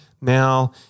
Now